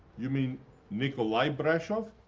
you mean nicolae brashov?